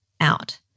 out